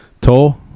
Toll